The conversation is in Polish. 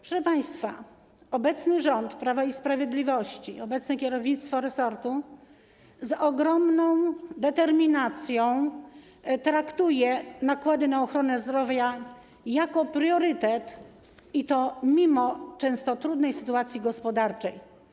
Proszę państwa, obecny rząd Prawa i Sprawiedliwości, obecne kierownictwo resortu z ogromną determinacją traktuje nakłady na ochronę zdrowia jako priorytet, i to mimo często trudnej sytuacji gospodarczej.